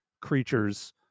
creatures